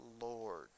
Lord